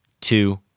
two